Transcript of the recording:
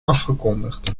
afgekondigd